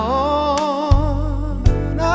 on